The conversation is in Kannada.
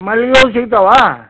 ಮಲ್ಲಿಗೆ ಹೂ ಸಿಕ್ತವಾ